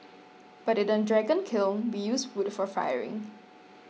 but in a dragon kiln we use wood for firing